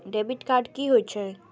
Debit card की होय छे?